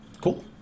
cool